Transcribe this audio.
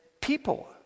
people